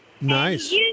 Nice